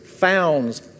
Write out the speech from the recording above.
founds